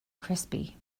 crispy